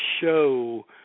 show